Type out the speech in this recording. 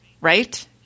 right